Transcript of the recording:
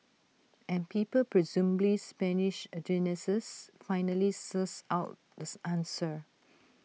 and people presumably Spanish A geniuses finally sussed out this answer